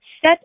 Set